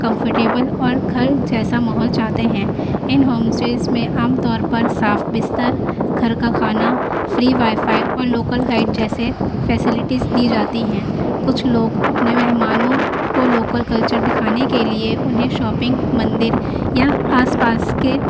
comfortable اور گھر جیسا ماحول چاہتے ہیں ان ہوم اسٹیز میں عام طور پر صاف بستر گھر کا کھانا فری وائی فائی اور لوکل گائیڈ جیسے فیسلیٹیز دی جاتی ہیں کچھ لوگ اپنے مہمانوں کو لوکل کلچر دکھانے کے لیے انہیں شاپنگ مندر یا آس پاس کے